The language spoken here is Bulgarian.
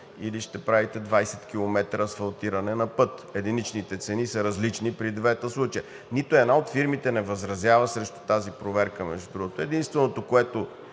или ще правите 20 км асфалтиране на път. Единичните цени са различни при двата случая. Нито една от фирмите не възразява срещу тази проверка, между другото. Единственото, което